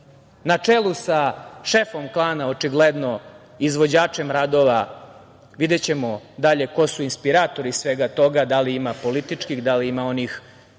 na čelu sa šefom klana, očigledno izvođačem radova, videćemo dalje ko su inspiratori svega toga, da li ima političkih, da li ima onih